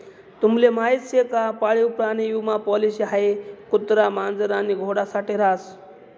तुम्हले माहीत शे का पाळीव प्राणी विमा पॉलिसी हाई कुत्रा, मांजर आणि घोडा साठे रास